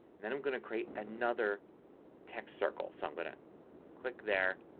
then i'm going to create another text circle. so i'm going to click there,